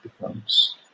becomes